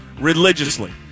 religiously